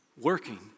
working